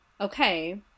okay